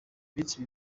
iminsi